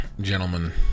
gentlemen